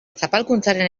zapalkuntzaren